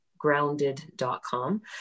grounded.com